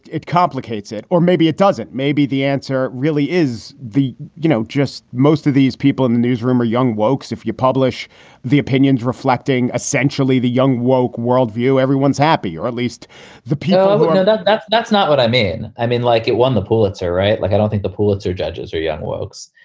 it complicates it or maybe it doesn't. maybe the answer really is the you know, just most of these people in the newsroom are young. wolk's if you publish the opinions reflecting essentially the young woak world view, everyone's happy or at least the public know that that's that's not what i mean i mean, like, it won the pulitzer, right? like i don't think the pulitzer judges or young works.